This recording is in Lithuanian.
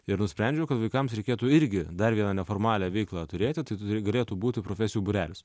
ir nusprendžiau kad vaikams reikėtų irgi dar vieną neformalią veiklą turėti tai tu galėtų būti profesijų būrelis